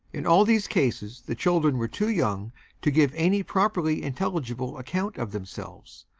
in all these cases the children were too young to give any properly intelligible account of themselves,